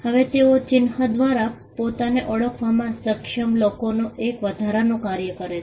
હવે તેઓ ચિહ્ન દ્વારા પોતાને ઓળખવામાં સક્ષમ લોકોનું એક વધારાનું કાર્ય કરે છે